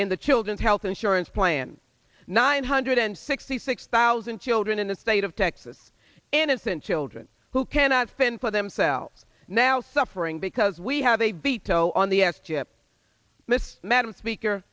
in the children's health insurance plan nine hundred and sixty six thousand children in the state of texas innocent children who cannot fend for themselves now suffering because we have a veto on the s chip this madam speaker